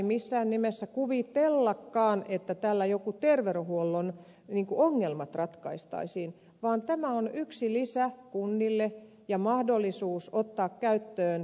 missään nimessä ei kuvitellakaan että tällä terveydenhuollon ongelmat ratkaistaisiin vaan tämä on kunnille yksi lisä ja mahdollisuus ottaa käyttöön